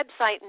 website